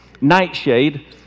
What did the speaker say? Nightshade